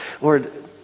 Lord